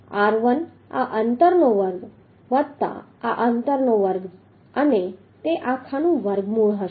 r1 આ અંતરનો વર્ગ વત્તા આ અંતરનો વર્ગ અને તે આખા નું વર્ગમૂળ હશે